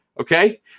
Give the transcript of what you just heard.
Okay